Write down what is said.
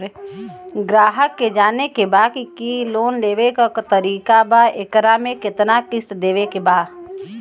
ग्राहक के जाने के बा की की लोन लेवे क का तरीका बा एकरा में कितना किस्त देवे के बा?